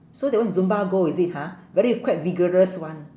so that one is zumba gold is it ha very quite vigorous [one]